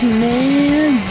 man